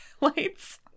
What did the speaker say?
lights